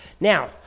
Now